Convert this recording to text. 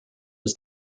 was